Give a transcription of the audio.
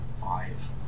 Five